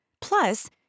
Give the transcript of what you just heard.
Plus